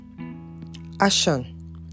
Ashan